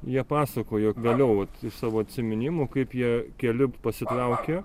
jie pasakojo vėliau vat iš savo atsiminimų kaip jie keliu pasitraukė